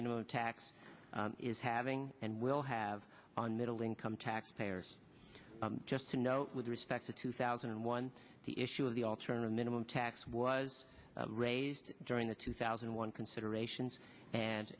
minimum tax is having and will have on middle income taxpayers just to note with respect to two thousand and one the issue of the alternative minimum tax was raised during the two thousand and one considerations and